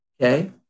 Okay